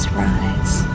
rise